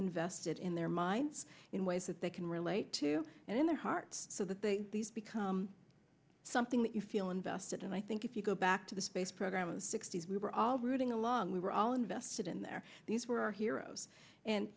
invested in their minds in ways that they can relate to and in their hearts so that they become something that you feel invested and i think if you go back to the space program of the sixty's we were all rooting along we were all invested in there these were our heroes and